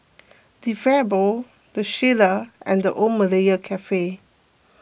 De Fabio the Shilla and the Old Malaya Cafe